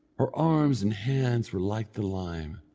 her arms and hands were like the lime,